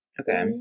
Okay